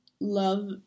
Love